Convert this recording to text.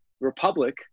Republic